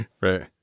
Right